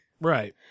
Right